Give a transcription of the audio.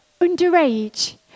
underage